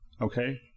Okay